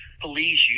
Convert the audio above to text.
police